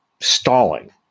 stalling